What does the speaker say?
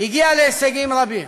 הגיע להישגים רבים